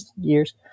years